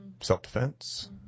self-defense